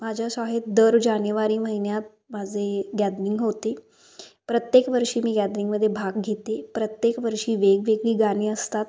माझ्या शाळेत दर जानेवारी महिन्यात माझे गॅदरिंग होते प्रत्येक वर्षी मी गॅदरिंगमध्ये भाग घेते प्रत्येक वर्षी वेगवेगळी गाणी असतात